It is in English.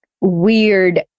weird